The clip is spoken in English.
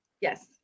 Yes